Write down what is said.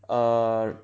err